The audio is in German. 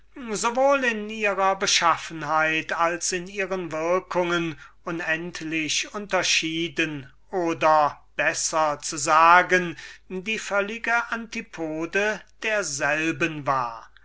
wohl in ihrer beschaffenheit als in ihren würkungen unendlich unterschieden oder besser zu sagen sie war